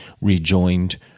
rejoined